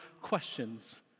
questions